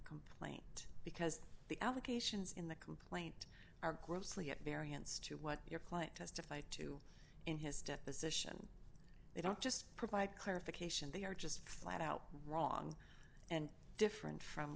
complaint because the allegations in the complaint are grossly at variance to what your client testified to in his deposition they don't just provide clarification they are just flat out wrong and different from